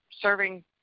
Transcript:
serving